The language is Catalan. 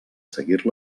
seguir